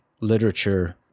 literature